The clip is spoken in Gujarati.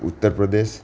ઉત્તરપ્રદેશ